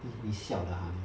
eh 你 siao 的 ha 你